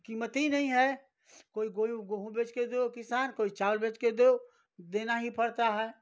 कीमती नहीं हैं कोई कोई गेहूँ बेच कर दो किसान कोई चावल बेच कर दो देना ही पड़ता है